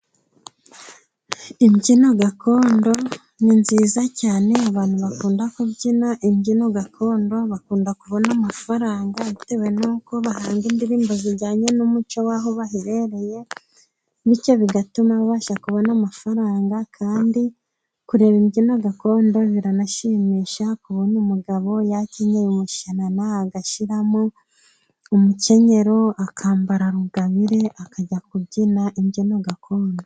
Imbyino gakondo ni nziza cyane abantu bakunda kubyina imbyino gakondo bakunda kubona amafaranga bitewe nuko bahanga indirimbo zijyanye n'umuco waho baherereye bityo bigatuma babasha kubona amafaranga. Kandi kureba imbyino gakondo biranashimisha, kubona umugabo wakenyeye umushyanana agashyiramo umukenyero akambara rugabire akajya kubyina imbyino gakondo.